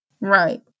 Right